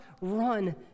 run